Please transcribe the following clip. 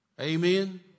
Amen